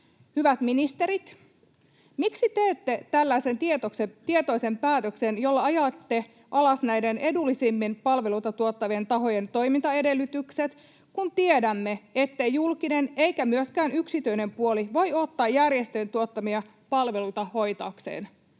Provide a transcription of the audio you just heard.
Hyvät ministerit, miksi teette tällaisen tietoisen päätöksen, jolla ajatte alas näiden edullisimmin palveluita tuottavien tahojen toimintaedellytykset, kun tiedämme, ettei julkinen eikä myöskään yksityinen puoli voi ottaa järjestöjen tuottamia palveluita hoitaakseen?